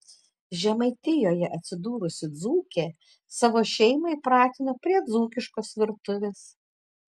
žemaitijoje atsidūrusi dzūkė savo šeimą įpratino prie dzūkiškos virtuvės